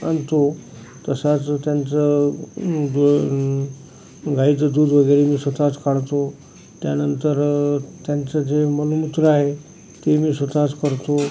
आणतो तसंच त्यांचं गाईचं दूध वगैरे मी स्वतःच काढतो त्यानंतर त्यांचं जे मलमूत्र आहे ते मी स्वतःच करतो